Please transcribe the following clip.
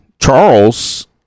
Charles